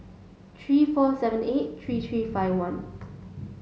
three four seven eight three three five one